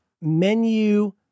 menu